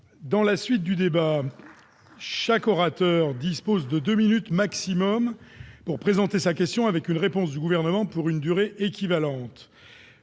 collègues, chaque orateur dispose de deux minutes maximum pour présenter sa question avec une réponse du Gouvernement pour une durée équivalente.